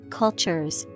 cultures